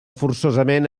forçosament